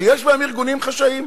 שיש בהן ארגונים חשאיים.